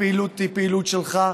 הפעילות היא פעילות שלך.